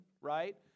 right